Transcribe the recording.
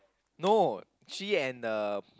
no she and the